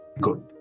good